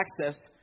access